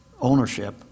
ownership